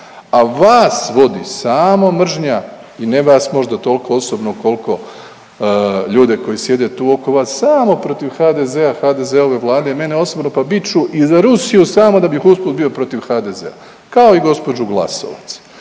A vas vodi samo mržnja i ne vas možda tolko osobno kolko ljude koji sjete tu oko vas, samo protiv HDZ-a, HDZ-ove vlade i mene osobno pa bit ću i za Rusiju samo da bih usput bio protiv HDZ-a kao i gospođu Glasovac.